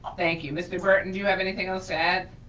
thank you. mr. burton, do you have anything else to add?